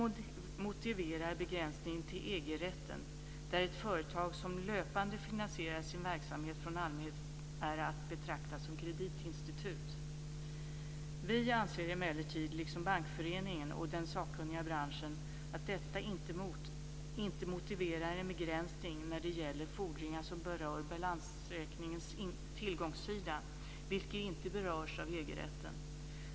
rätten, där ett företag som löpande finansierar sin verksamhet från allmänheten är att betrakta som kreditinstitut. Vi anser emellertid, liksom Bankföreningen och den sakkunniga branschen, att detta inte motiverar en begränsning när det gäller fordringar som berör balansräkningens tillgångssida, vilket inte berörs av EG-rätten.